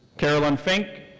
carolyn fink.